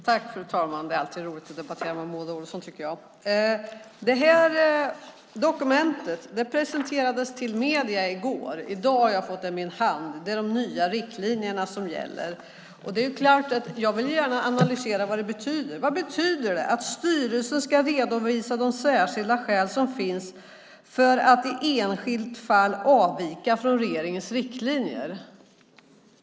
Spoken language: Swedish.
Fru talman! Det är alltid roligt att debattera med Maud Olofsson. Detta dokument presenterades för medierna i går. I dag har jag fått det i min hand. Det är de nya riktlinjerna. Jag vill gärna analysera vad de betyder. Vad betyder det att styrelsen "ska redovisa de särskilda skäl som finns för att i enskilt fall avvika från regeringens riktlinjer"?